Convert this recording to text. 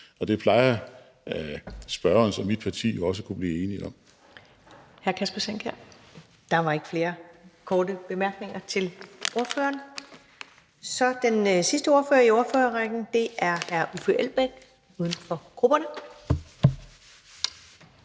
og det plejer spørgerens og mit parti jo også at kunne blive enige om.